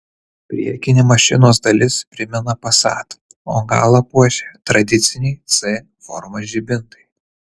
priekinė mašinos dalis primena passat o galą puošia tradiciniai c formos žibintai